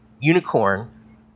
Unicorn